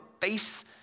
face